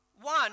one